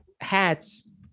hats